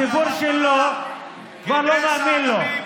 אז הציבור שלו כבר לא מאמין לו.